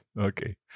okay